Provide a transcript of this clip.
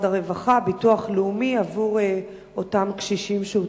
הרווחה והביטוח הלאומי עבור אותם קשישים שהותקפו?